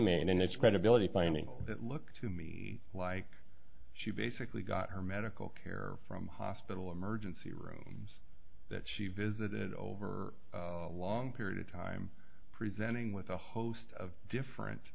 its credibility finding it looked to me like she basically got her medical care from hospital emergency rooms that she visited over a long period of time presenting with a host of different